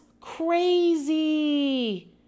crazy